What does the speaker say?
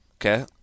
okay